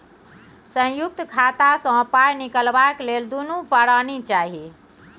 संयुक्त खाता सँ पाय निकलबाक लेल दुनू परानी चाही